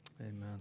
Amen